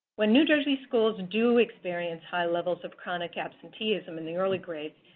when new jersey schools do experience high levels of chronic absenteeism in the early grades,